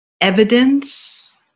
evidence